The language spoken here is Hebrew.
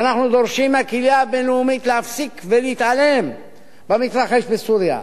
שאנחנו דורשים מהקהילה הבין-לאומית להפסיק ולהתעלם מהמתרחש בסוריה.